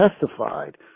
testified